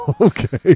Okay